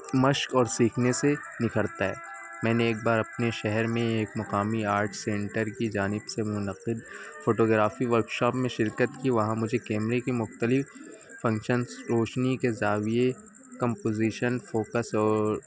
مشق اور سیکھنے سے نکھرتا ہے میں نے ایک بار اپنے شہر میں ایک مقامی آرٹ سینٹر کی جانب سے منعقد فوٹوگرافی ورکشاپ میں شرکت کی وہاں مجھے کیمرے کے مختلف فنکشنس روشنی کے زاویے کمپوزیشن فوکس اور